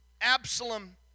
Absalom